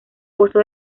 posó